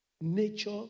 nature